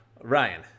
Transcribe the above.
ryan